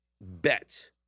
bet